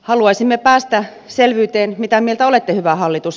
haluaisimme päästä selvyyteen mitä mieltä olette hyvä hallitus